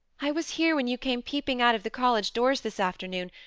i was here when you came peeping out of the college doors this afternoon,